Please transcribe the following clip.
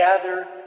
gather